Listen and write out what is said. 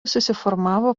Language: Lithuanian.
susiformavo